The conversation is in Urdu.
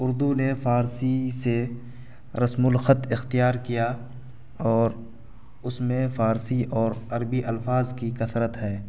اردو نے فارسی سے رسم الخط اختیار کیا اور اس میں فارسی اور عربی الفاظ کی کثرت ہے